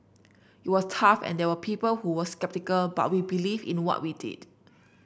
it was tough and there were people who were sceptical but we believed in what we did